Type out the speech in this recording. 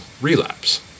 relapse